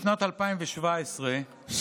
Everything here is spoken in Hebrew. בשנת 2017 ניתנה פסיקת בית המשפט,